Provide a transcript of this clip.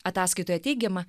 ataskaitoje teigiama